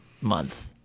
month